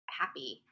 happy